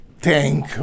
tank